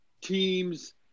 teams